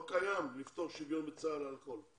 לא קיים להחיל שוויון בצה"ל על הכול.